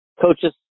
coaches